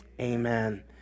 amen